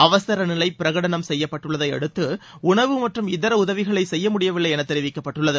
அவசர நிலைப் பிரகடனம் செய்யப்பட்டுள்ளதையடுத்த உணவு மற்றும் இதர உதவிகளை செய்ய முடியவில்லை என்று தெரிவிக்கப்பட்டுள்ளது